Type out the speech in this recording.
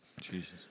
Jesus